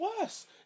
worse